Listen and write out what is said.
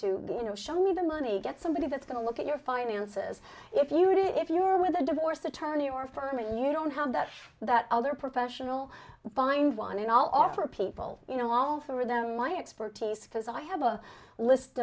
to you know show me the money get somebody that's going to look at your finances if you would if you were with a divorce attorney or firm and you don't have that that other professional find one and all offer people you know all for them my expertise because i have a list